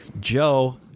Joe